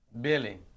Billy